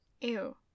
ew